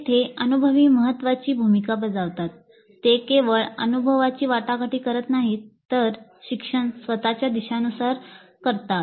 येथे अनुभवी महत्वाची भूमिका बजावतात ते केवळ अनुभवाची वाटाघाटी करत नाही तर शिक्षण स्वत च्या दिशानुसार करतात